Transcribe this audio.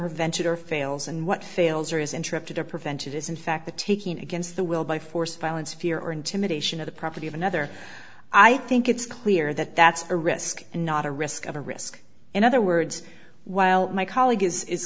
venture fails and what fails or is interrupted or prevented is in fact the taking against the will by force of violence fear or intimidation of the property of another i think it's clear that that's a risk and not a risk of a risk in other words while my colleague is